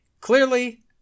Clearly